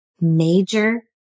major